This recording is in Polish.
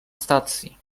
stacji